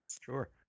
Sure